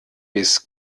bis